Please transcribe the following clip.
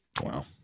Wow